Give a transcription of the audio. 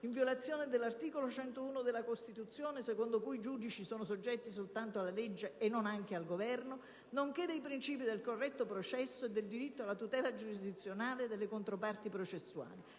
in violazione dell'articolo 101, capoverso, della Costituzione, secondo cui i giudici sono soggetti soltanto alla legge (e non anche al Governo) nonché dei principi del corretto processo e del diritto alla tutela giurisdizionale delle controparti processuali